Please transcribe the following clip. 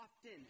often